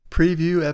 Preview